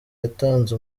yatanze